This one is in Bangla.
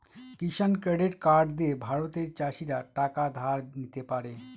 কিষান ক্রেডিট কার্ড দিয়ে ভারতের চাষীরা টাকা ধার নিতে পারে